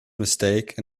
mistake